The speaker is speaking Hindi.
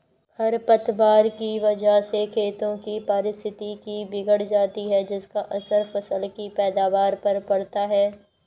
खरपतवार की वजह से खेतों की पारिस्थितिकी बिगड़ जाती है जिसका असर फसल की पैदावार पर पड़ता है